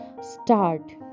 start